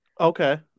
Okay